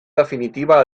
definitiva